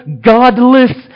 godless